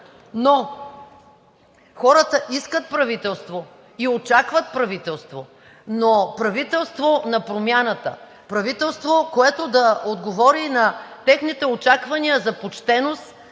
Хората искат правителство и очакват правителство, но правителство на промяната, правителство, което да отговори на техните очаквания за почтеност,